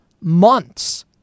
months